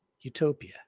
utopia